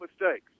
mistakes